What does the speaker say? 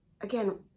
again